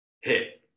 hit